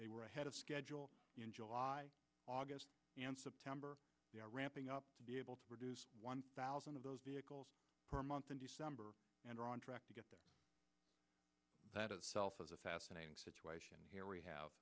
they were ahead of schedule in july august and september ramping up to be able to produce one thousand of those vehicles per month in december and are on track to get to that itself is a fascinating situation here we have